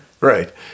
Right